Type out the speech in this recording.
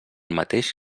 mateix